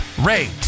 rate